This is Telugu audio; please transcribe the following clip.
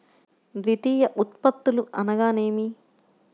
ద్వితీయ ఉత్పత్తులు అనగా నేమి?